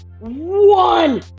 one